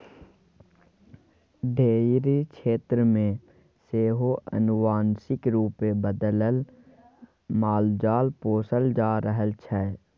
dairy क्षेत्र मे सेहो आनुवांशिक रूपे बदलल मालजाल पोसल जा रहल छै